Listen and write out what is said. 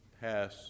pass